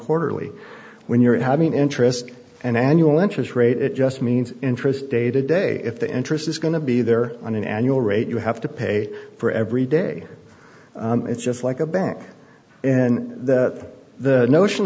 quarterly when you're having interest and an annual interest rate it just means interest day to day if the interest is going to be there on an annual rate you have to pay for every day it's just like a bank and that the notion